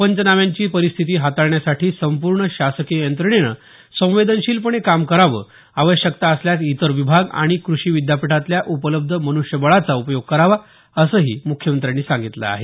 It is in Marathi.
पंचनाम्यांची परिस्थिती हाताळण्यासाठी संपूर्ण शासकीय यंत्रणेने संवेदनशीलपणे कामं करावं आवश्यकता असल्यास इतर विभाग आणि कृषी विद्यापीठांतल्या उपलब्ध मनुष्यबळाचा उपयोग करावा असंही मुख्यमंत्र्यांनी सांगितलं आहे